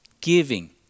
giving